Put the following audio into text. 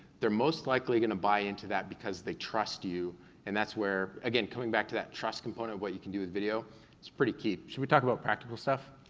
they're most likely going to buy into that because they trust you and that's where, again, coming back to that trust component of what you can do with video it's pretty key. should we talk about practical stuff?